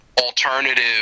alternative